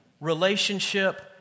relationship